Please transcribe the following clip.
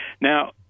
Now